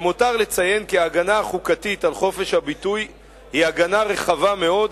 למותר לציין כי ההגנה החוקתית על חופש הביטוי היא הגנה רחבה מאוד,